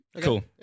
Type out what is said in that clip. Cool